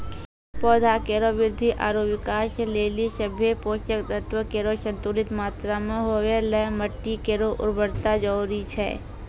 पौधा केरो वृद्धि आरु विकास लेलि सभ्भे पोसक तत्व केरो संतुलित मात्रा म होवय ल माटी केरो उर्वरता जरूरी छै